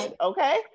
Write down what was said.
okay